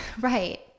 right